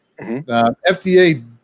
FDA